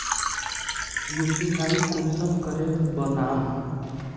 UPI कुंसम करे बनाम?